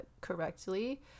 correctly